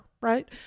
right